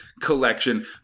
collection